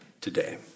today